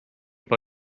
for